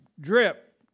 drip